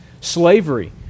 slavery